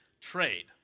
trade